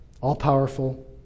All-powerful